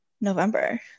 November